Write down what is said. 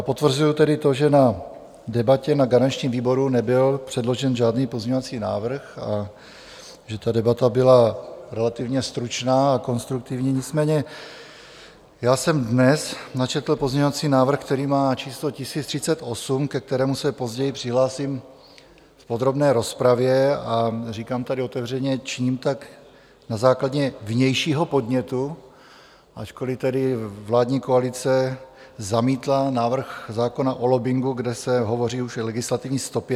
Potvrzuji tedy to, že na debatě na garančním výboru nebyl předložen žádný pozměňovací návrh a že debata byla relativně stručná a konstruktivní, nicméně já jsem dnes načetl pozměňovací návrh, který má číslo 1038, ke kterému se později přihlásím v podrobné rozpravě, a říkám tady otevřeně činím tak na základě vnějšího podnětu ačkoliv tedy vládní koalice zamítla návrh zákona o lobbingu, kde se hovoří už o legislativní stopě.